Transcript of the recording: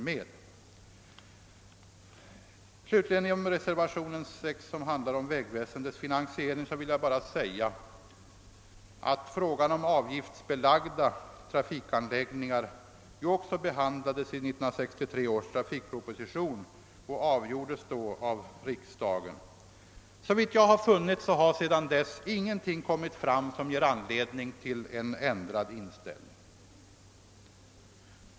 Vad slutligen beträffar reservationen 6, som handlar om vägväsendets finansiering, vill jag säga att frågan om avgiftsbelagda trafikanläggningar ju också behandlades i 1963 års trafikproposition och då avgjordes av riksdagen. Såvitt jag vet har sedan dess ingenting nytt framkommit som kan ge anledning till en ändrad inställning.